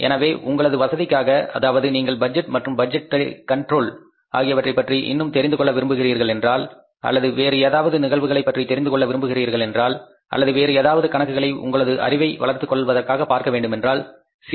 எனவே உங்களது வசதிக்காக அதாவது நீங்கள் பட்ஜெட் மற்றும் பட்ஜெட் கண்ட்ரோல் ஆகியவற்றைப் பற்றி இன்னும் தெரிந்து கொள்ள விரும்புகிறீர்கள் என்றால் அல்லது வேறு ஏதாவது நிகழ்வுகளை பற்றி தெரிந்து கொள்ள விரும்புகிறீர்கள் என்றால் அல்லது வேறு ஏதாவது கணக்குகளை உங்களது அறிவை வளர்த்துக் கொள்வதற்காக பார்க்க வேண்டுமென்றால் சி